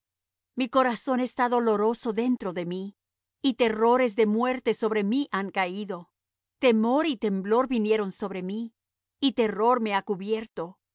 mi corazón está doloroso dentro de mí y terrores de muerte sobre mí han caído temor y temblor vinieron sobre mí y terror me ha cubierto